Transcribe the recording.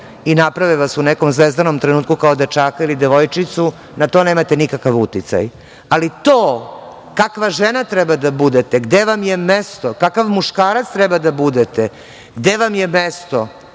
i naprave vas u nekom zvezdanom trenutku kao dečaka ili devojčicu. Na to nemate nikakav uticaj, ali to kakva žena treba da bude, gde vam je mesto, kakav muškarac treba da budete, gde vam je mesto